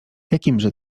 jakimże